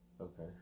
Okay